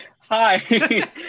Hi